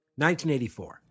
1984